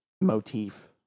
Motif